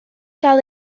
gael